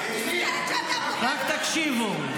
--- רק תקשיבו.